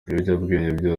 biyobyabwenge